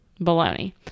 baloney